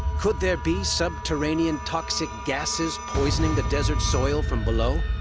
could there be subterranean toxic gases poisoning the desert's soil from below?